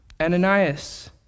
Ananias